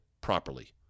properly